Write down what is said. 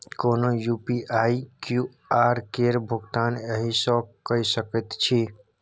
कोनो UPI QR केर भुगतान एहिसँ कए सकैत छी